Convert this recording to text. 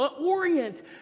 orient